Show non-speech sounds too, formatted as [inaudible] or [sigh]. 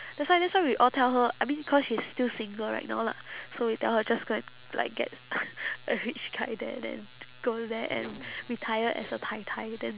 that's why that's why we all tell her I mean cause she is still single right now lah so we tell her just go and like get [noise] a rich guy there then go there and retire as a tai tai then